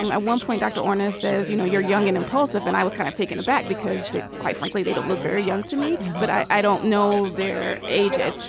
um at one point dr. ornish says you know you're young and impulsive and i was kind of taken aback because quite frankly they don't look very young to me but i don't know their ages.